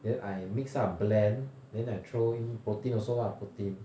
then I mix up blend then I throw in protein also lah protein